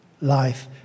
life